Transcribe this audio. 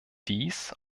dies